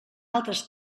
altres